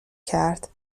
کرد